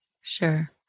Sure